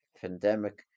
pandemic